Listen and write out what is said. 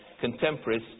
contemporaries